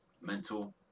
mental